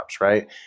right